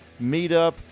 meetup